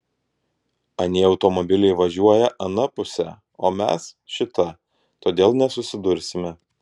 anie automobiliai važiuoja ana puse o mes šita todėl nesusidursime